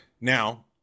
Now